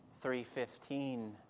3.15